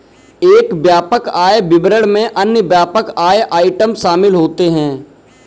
एक व्यापक आय विवरण में अन्य व्यापक आय आइटम शामिल होते हैं